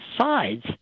sides